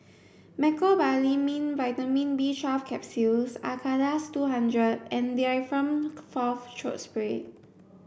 Mecobalamin Vitamin B twelfth Capsules Acardust two hundred and Difflam Forte Throat Spray